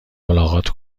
ملاقات